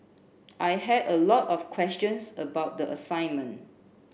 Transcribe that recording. I had a lot of questions about the assignment